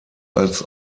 als